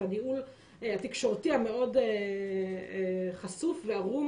את הניהול התקשורתי המאוד חשוף וערום